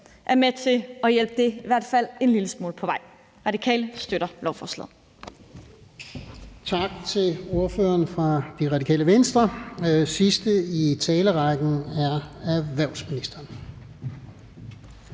er med til at hjælpe det i hvert fald en lille smule på vej. Radikale støtter lovforslaget.